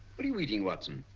what are you eating, watson?